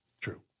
True